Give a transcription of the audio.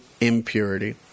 impurity